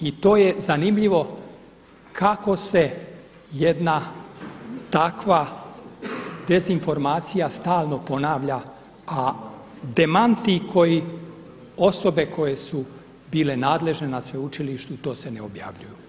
I to je zanimljivo kako se jedna takva dezinformacija stalno ponavlja, a demanti koji, osobe koje su bile nadležne na sveučilištu to se ne objavljuju.